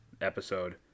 episode